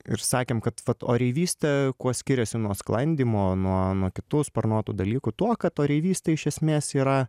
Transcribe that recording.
ir sakėm kad vat oreivystė kuo skiriasi nuo sklandymo nuo nuo kitų sparnuotų dalykų tuo kad oreivystė iš esmės yra